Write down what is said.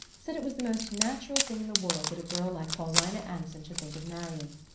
said it was the most natural thing in the world that a girl like paulina anson should think of marrying.